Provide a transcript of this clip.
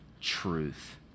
truth